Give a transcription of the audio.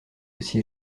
aussi